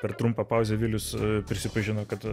per trumpą pauzę vilius prisipažino kad